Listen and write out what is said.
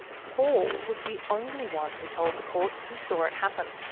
paul was the only one who told the court he saw it happen.